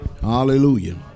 Hallelujah